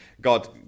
God